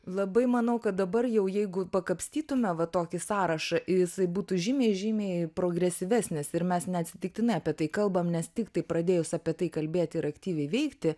labai manau kad dabar jau jeigu pakapstytume va tokį sąrašą jisai būtų žymiai žymiai progresyvesnis ir mes neatsitiktinai apie tai kalbam nes tiktai pradėjus apie tai kalbėti ir aktyviai veikti